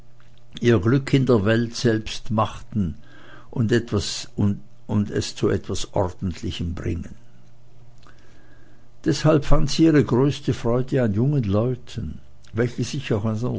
ihr glück in der welt selbst machen und es zu etwas ordentlichem bringen deshalb fand sie ihre größte freude an jungen leuten welche sich